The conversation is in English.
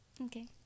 Okay